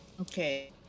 Okay